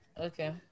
okay